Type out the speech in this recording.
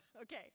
Okay